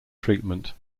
treatment